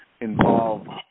involved